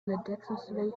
ludicrously